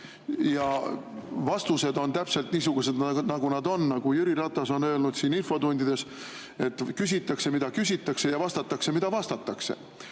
ja vastused on täpselt niisugused, nagu nad on? Nagu Jüri Ratas on infotundides öelnud: küsitakse, mida küsitakse, ja vastatakse, mida vastatakse.